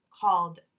called